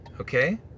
okay